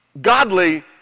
godly